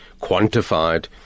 quantified